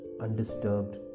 undisturbed